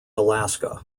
alaska